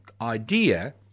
idea